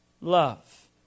love